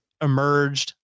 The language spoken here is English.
emerged